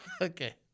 Okay